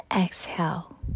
exhale